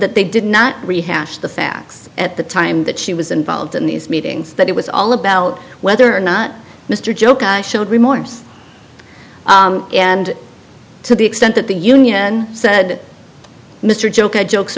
that they did not rehash the facts at the time that she was involved in these meetings that it was all about whether or not mr joke showed remorse and to the extent that the union said mr joke i jokes